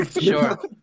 sure